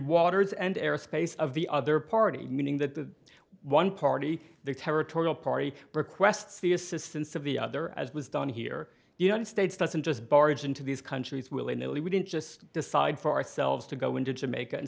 waters and airspace of the other party meaning that one party the territorial party requests the assistance of the other as was done here united states doesn't just barge into these countries willy nilly we didn't just decide for ourselves to go into jamaica and